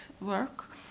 work